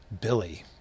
Billy